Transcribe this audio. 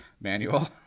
manual